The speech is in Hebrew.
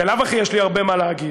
בלאו הכי יש לי הרבה מה להגיד.